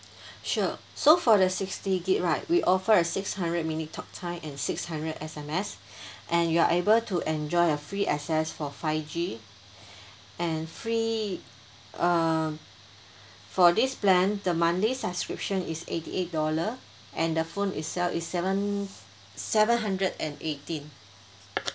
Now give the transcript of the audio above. sure so for the sixty gig right we offer a six hundred minute talk time and six hundred S_M_S and you are able to enjoy a free access for five g and free um for this plan the monthly subscription is eighty eight dollar and the phone itself is seven seven hundred and eighteen